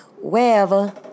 wherever